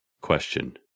Question